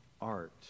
art